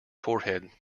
forehead